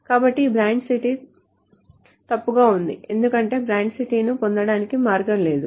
కాబట్టి ఈ branch city తప్పుగా ఉంది ఎందుకంటే బ్రాంచ్ సిటీని పొందడానికి మార్గం లేదు